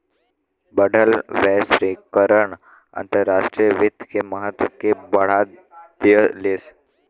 बढ़ल वैश्वीकरण अंतर्राष्ट्रीय वित्त के महत्व के बढ़ा देहलेस